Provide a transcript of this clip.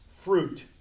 fruit